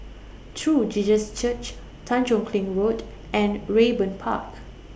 True Jesus Church Tanjong Kling Road and Raeburn Park